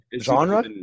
genre